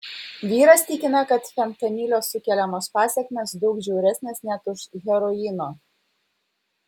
vyras tikina kad fentanilio sukeliamos pasekmės daug žiauresnės net už heroino